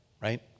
right